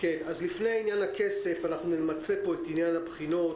לפני עניין הכסף נמצה פה את עניין הבחינות,